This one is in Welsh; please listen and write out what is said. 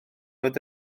fod